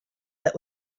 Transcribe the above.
that